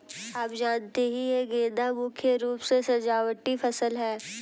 आप जानते ही है गेंदा मुख्य रूप से सजावटी फसल है